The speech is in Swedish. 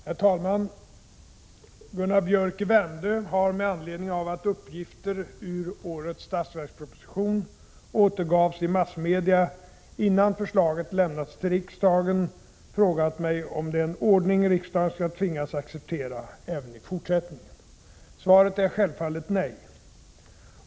Herr talman! Gunnar Biörck i Värmdö har —- med anledning av att uppgifter ur årets budgetproposition återgavs i massmedia innan förslaget avlämnats till riksdagen — frågat mig om det är en ordning riksdagen skall tvingas acceptera även i fortsättningen. Svaret är självfallet nej.